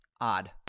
Odd